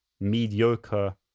mediocre